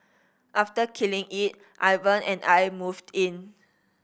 after killing it Ivan and I moved in